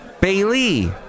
Bailey